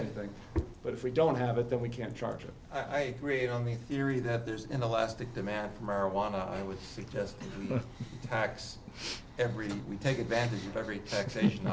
anything but if we don't have it then we can't charge or i create on the theory that there's an inelastic demand for marijuana i would suggest tax every we take advantage of every taxation